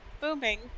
booming